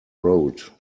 road